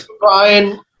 Brian